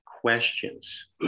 questions